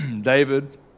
David